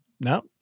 No